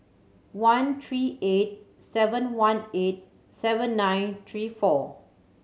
one three eight seven one eight seven nine three four